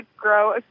grow